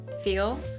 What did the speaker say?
feel